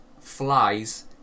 flies